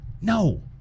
No